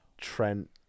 Trent